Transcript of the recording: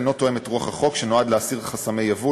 אינו תואם את רוח החוק שנועד להסיר חסמי יבוא,